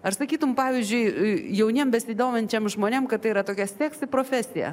ar sakytum pavyzdžiui jauniem besidominčiam žmonėm kad tai yra tokia seksi profesija